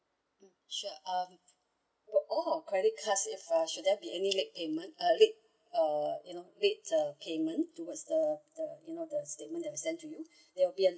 sure um all our credit card if uh should not be any late payment uh late uh you know late uh payment toward the the you know the statement that sent to you there will be an